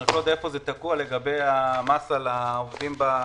אני רק לא יודע איפה זה תקוע לגבי המס על העובדים בחקלאות,